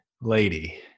lady